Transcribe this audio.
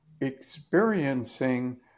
experiencing